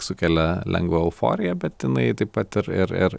sukelia lengvą euforiją bet jinai taip pat ir ir ir